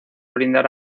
brindar